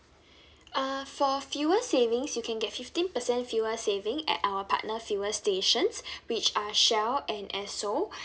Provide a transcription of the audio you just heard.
uh for fuel savings you can get fifteen percent fuel saving at our partner fuel stations which are shell and esso